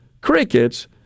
crickets